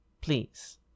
please